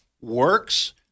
works